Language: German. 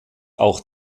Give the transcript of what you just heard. auch